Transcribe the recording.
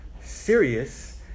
serious